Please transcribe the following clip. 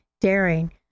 daring